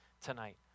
tonight